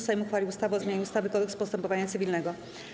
Sejm uchwalił ustawę o zmianie ustawy - Kodeks postępowania cywilnego.